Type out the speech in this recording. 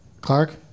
Clark